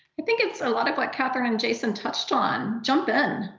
i think it's a lot of what catherine and jason touched on. jump in,